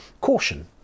caution